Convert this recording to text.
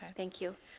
thank you.